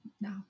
No